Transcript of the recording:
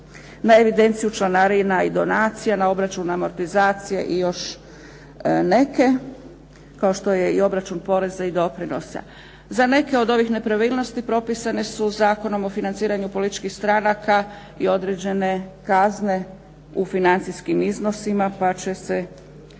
na evidenciju članarina i donacija, na obračun amortizacije i još neke kao što je i obračun poreza i doprinosa. Za neke od ovih nepravilnosti propisane su Zakonom o financiranju političkih stranaka i određene kazne u financijskim iznosima pa će se iza